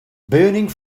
burning